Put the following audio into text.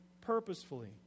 purposefully